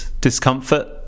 discomfort